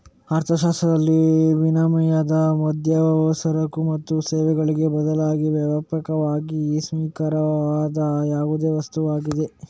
ಅರ್ಥಶಾಸ್ತ್ರದಲ್ಲಿ, ವಿನಿಮಯದ ಮಾಧ್ಯಮವು ಸರಕು ಮತ್ತು ಸೇವೆಗಳಿಗೆ ಬದಲಾಗಿ ವ್ಯಾಪಕವಾಗಿ ಸ್ವೀಕಾರಾರ್ಹವಾದ ಯಾವುದೇ ವಸ್ತುವಾಗಿದೆ